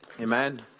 Amen